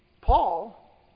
Paul